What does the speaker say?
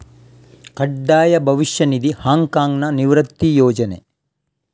ಕಡ್ಡಾಯ ಭವಿಷ್ಯ ನಿಧಿ, ಹಾಂಗ್ ಕಾಂಗ್ನ ನಿವೃತ್ತಿ ಯೋಜನೆ